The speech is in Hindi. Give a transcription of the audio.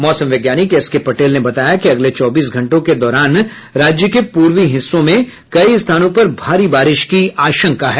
मौसम वैज्ञानिक एस के पटेल ने बताया कि अगले चौबीस घंटों के दौरान राज्य के पूर्वी हिस्से में कई स्थानों पर भारी बारिश की आशंका है